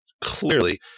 Clearly